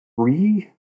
three